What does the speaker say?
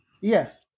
Yes